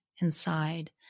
inside